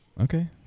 Okay